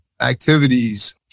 activities